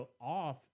off